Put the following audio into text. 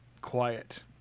Quiet